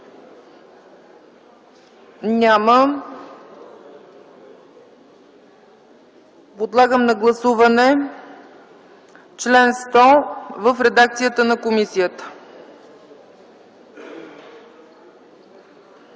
Няма. Подлагам на гласуване чл. 100 в редакцията на комисията.